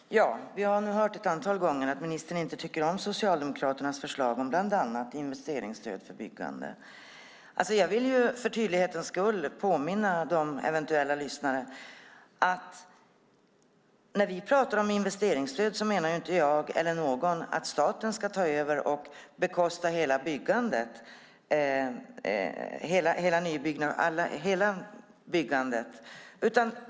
Herr talman! Vi har nu hört ett antal gånger att ministern inte tycker om Socialdemokraternas förslag om bland annat investeringsstöd för byggande. Jag vill för tydlighetens skull påminna eventuella lyssnare om att när vi pratar om investeringsstöd menar vi inte att staten ska ta över och bekosta hela byggandet.